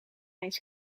eens